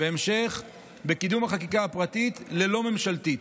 בהמשך קידום החקיקה הפרטית ללא הממשלתית.